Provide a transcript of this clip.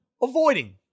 Avoiding